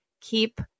keep